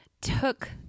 took